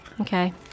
Okay